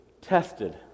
tested